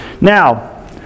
Now